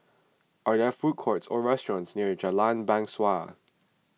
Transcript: are there food courts or restaurants near Jalan Bangsawan